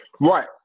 right